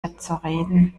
mitzureden